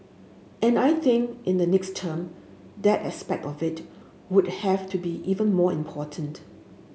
and I think in the next term that aspect of it would have to be even more important